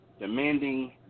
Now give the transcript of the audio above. Demanding